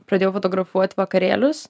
pradėjau fotografuot vakarėlius